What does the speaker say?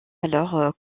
alors